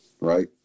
right